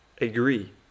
agree